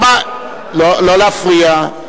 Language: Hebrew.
לא להפריע.